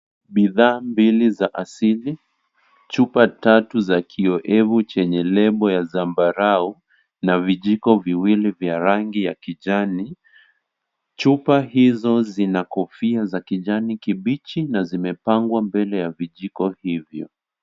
Bidhaa mbili za asili, chupa tatu za kioevu chenye lebo ya zambarau na vijiko viwili vya rangi ya kijani, chupa hizo zina kofia za kijani kibichi na zimepangwa mbele ya vijiko hivyo.